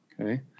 okay